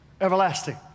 Everlasting